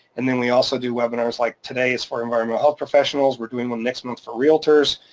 and then we also do webinars, like today is for environmental health professionals, we're doing one next move for realtors.